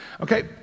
Okay